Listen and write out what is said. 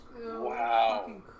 Wow